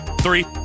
Three